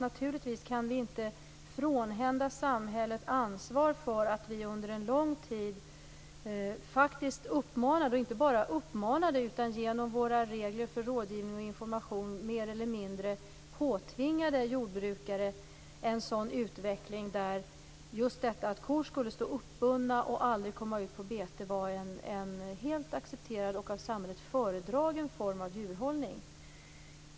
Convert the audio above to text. Naturligtvis kan vi inte frånhända samhället ansvar för att vi under en lång tid faktiskt uppmanade - och inte bara uppmanade utan genom våra regler för rådgivning och information mer eller mindre påtvingade - jordbrukare en utveckling där kor skulle stå uppbundna och aldrig komma ut på bete. Det var en helt accepterad och av samhället föredragen form av djurhållning.